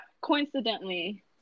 coincidentally